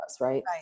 Right